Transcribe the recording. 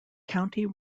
county